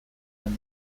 when